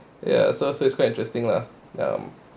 ya so so it's quite interesting lah um